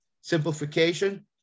Simplification